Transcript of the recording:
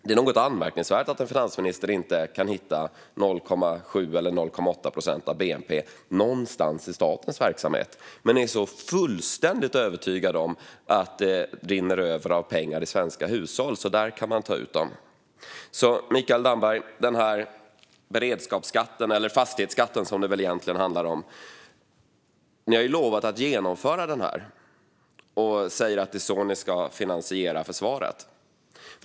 Det är något anmärkningsvärt att en finansminister inte kan hitta 0,7 eller 0,8 procent av bnp någonstans i statens verksamhet men är så fullständigt övertygad om att det rinner över av pengar i svenska hushåll att man kan ta ut dem där. Ni har lovat att genomföra den här beredskapsskatten, eller fastighetsskatten som det väl egentligen handlar om, och säger att det är så ni ska finansiera försvaret, Mikael Damberg.